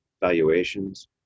valuations